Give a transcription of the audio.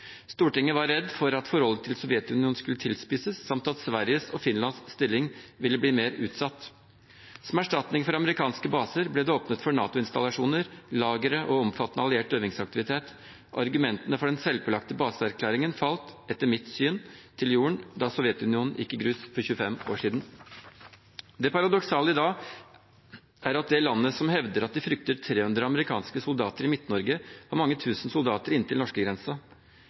Stortinget var redd for at forholdet til Sovjetunionen skulle tilspisses, samt at Sveriges og Finlands stilling ville bli mer utsatt. Som erstatning for amerikanske baser ble det åpnet for NATO-installasjoner, lagre og omfattende alliert øvingsaktivitet. Argumentene for den selvpålagte baseerklæringen falt etter mitt syn til jorden da Sovjetunionen gikk i grus for 25 år siden. Det paradoksale i dag er at det landet som hevder at de frykter 300 amerikanske soldater i Midt-Norge, har mange tusen soldater inntil